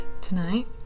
tonight